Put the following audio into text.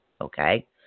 Okay